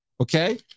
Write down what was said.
Okay